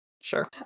Sure